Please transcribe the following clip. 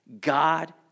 God